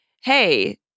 hey